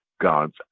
God's